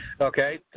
Okay